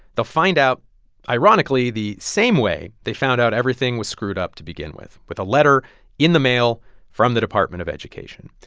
they'll find out ironically the same way they found out everything was screwed up to begin with, with a letter in the mail from the department of education.